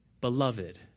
beloved